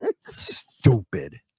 stupid